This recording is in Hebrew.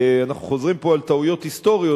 אנחנו חוזרים פה על טעויות היסטוריות,